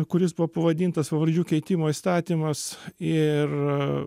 kuris buvo pavadintas pavardžių keitimo įstatymas ir